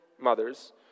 mothers